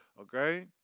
okay